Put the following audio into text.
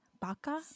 baka